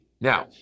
Now